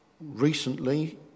recently